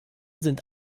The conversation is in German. sind